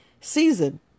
season